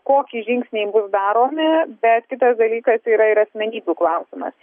kokie žingsniai bus daromi bet kitas dalykas tai yra ir asmenybių klausimas